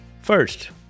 First